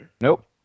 Nope